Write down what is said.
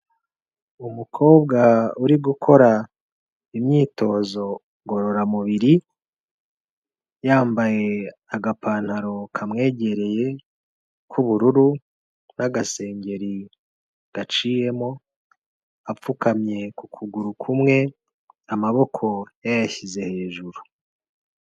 Umukobwa uri gukora imyitozo ngororamubiri, yambaye agapantaro kamwegereye k'ubururu n'agasengeri gaciyemo, apfukamye ku kuguru kumwe, amaboko yayashyize hejuru.